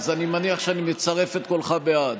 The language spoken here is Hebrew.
אז אני מניח שאני מצרף את קולך בעד.